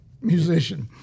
musician